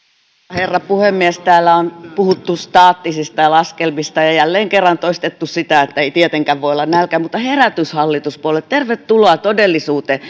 herra puhemies täällä on puhuttu staattisista laskelmista ja ja jälleen kerran toistettu sitä että ei tietenkään voi olla nälkä mutta herätys hallituspuolueet tervetuloa todellisuuteen